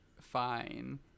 fine